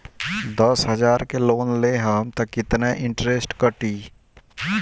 दस हजार के लोन लेहम त कितना इनट्रेस कटी?